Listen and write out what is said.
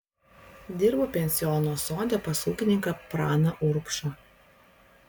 dirbo pensiono sode pas ūkininką praną urbšą